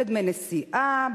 בדמי נסיעה,